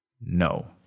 No